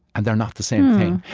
and they're not the same thing.